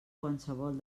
qualsevol